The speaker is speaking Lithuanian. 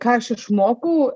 ką aš išmokau